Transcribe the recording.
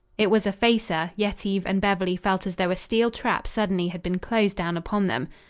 it was a facer, yetive and beverly felt as though a steel trap suddenly had been closed down upon them.